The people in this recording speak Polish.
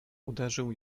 uderzył